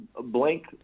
blank